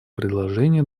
предложения